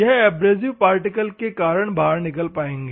यह abrasive particle की कारन बाहर निकल पाएंगे